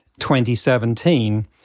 2017